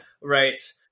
Right